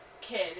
kid